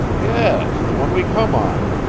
yes the one we come on.